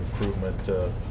improvement